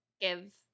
give